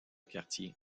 quartier